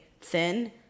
thin